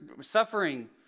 suffering